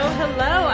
hello